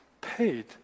paid